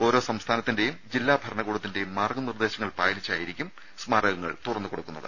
ഓരോ സംസ്ഥാനത്തിന്റെയും ജില്ലാ ഭരണകൂടത്തിന്റെയും മാർഗ്ഗ നിർദ്ദേശങ്ങൾ പാലിച്ചായിരിക്കും സ്മാരകങ്ങൾ തുറന്ന് കൊടുക്കുന്നത്